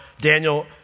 Daniel